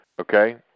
Okay